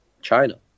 China